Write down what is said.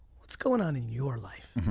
what's going on in your life?